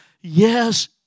Yes